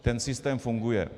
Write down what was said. Ten systém funguje.